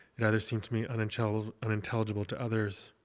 it either seemed to me unintelligible unintelligible to others,